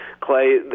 Clay